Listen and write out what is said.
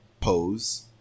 Pose